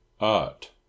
art